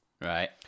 Right